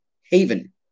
haven